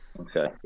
Okay